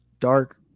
Dark